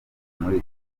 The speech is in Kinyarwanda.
muri